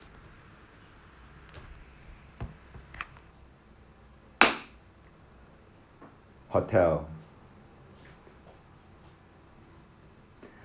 hotel